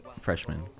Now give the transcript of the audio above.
freshman